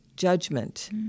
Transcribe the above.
judgment